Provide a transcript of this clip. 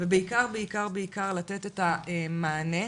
ובעיקר בעיקר, לתת את המענה.